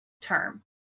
term